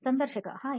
ಸಂದರ್ಶಕ ಹಾಯ್